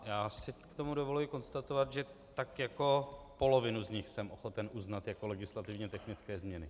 Já si k tomu dovoluji konstatovat, že tak polovinu z nich jsem ochoten uznat jako legislativně technické změny.